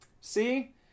See